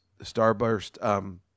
Starburst